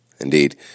Indeed